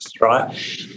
right